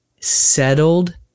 settled